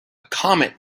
comet